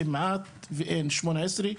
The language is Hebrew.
כמעט ואין 18,